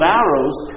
arrows